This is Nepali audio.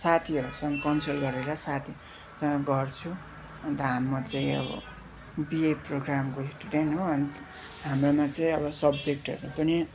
साथीहरूसँग कन्सल्ट गरेर साथीसँग गर्छु अन्त हामी म चाहिँ अब बिए प्रोग्रामको स्टुडेन्ट हो अनि हाम्रोमा चाहिँ अब सब्जेक्टहरू पनि